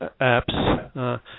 apps